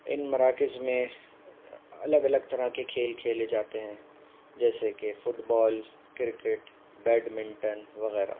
ان مراکز میں الگ الگ طرح کے کھیل کھیلے جاتے ہیں جیسے کہ فٹ بال کرکٹ بیڈمنٹن وغیرہ